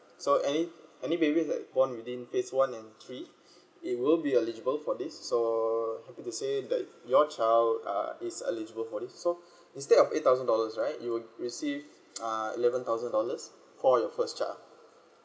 so any baby that born within phase one and three it will be a eligible for this so happy to say that your child uh is eligible for this so instead of a eight thousand dollars right you will receive uh eleven thousand dollars for the first child